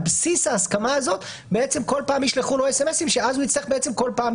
בסיס ההסכמה הזאת כל פעם ישלחו לו אס.אמ.אסים שאז הוא יצטרך כל פעם,